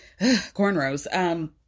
cornrows